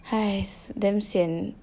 !hais! damn sian